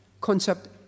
concept